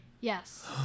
Yes